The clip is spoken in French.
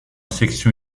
section